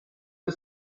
für